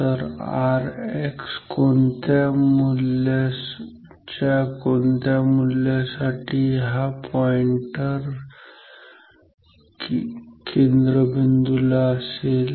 तर Rx च्या कोणत्या मूल्यासाठी हा पॉईंटर केंद्रबिंदू ला असेल